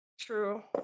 true